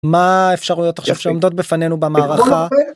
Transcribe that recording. מה אפשר להיות עכשיו שעומדות בפנינו במערכה.